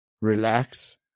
relax